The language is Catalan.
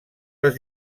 les